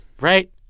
Right